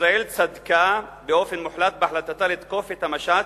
ישראל צדקה באופן מוחלט בהחלטה לתקוף את המשט